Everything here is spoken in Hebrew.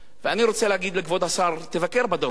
ואני רוצה להגיד לכבוד השר: תבקר בדרום,